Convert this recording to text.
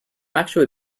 actually